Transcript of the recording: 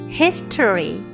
history